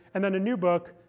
and then a new book,